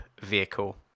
vehicle